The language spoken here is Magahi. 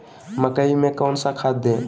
मकई में कौन सा खाद दे?